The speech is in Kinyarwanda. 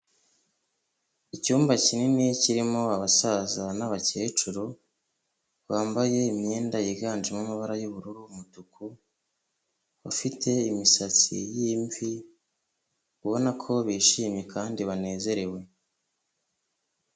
Icyumba kinini kirimo abasaza n'abakecuru, bambaye imyenda yiganjemo amabara y'ubururu umutuku, ufite imisatsi y'imvi ubona ko bishimye kandi banezerewe.